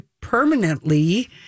permanently